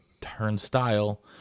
turnstile